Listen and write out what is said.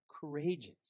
courageous